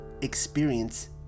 experience